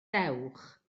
dewch